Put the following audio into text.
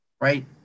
right